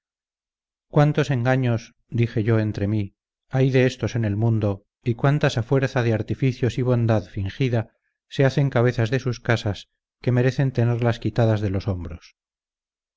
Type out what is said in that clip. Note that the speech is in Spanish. cuántos engaños dije yo entre mí hay de estos en el mundo y cuántas a fuerza de artificios y bondad fingida se hacen cabezas de sus casas que merecen tenerlas quitadas de los hombros